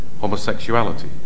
homosexuality